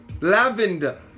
Lavender